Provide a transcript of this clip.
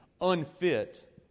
unfit